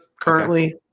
currently